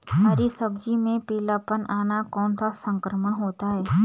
हरी सब्जी में पीलापन आना कौन सा संक्रमण होता है?